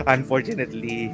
Unfortunately